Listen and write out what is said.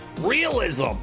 realism